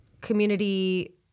community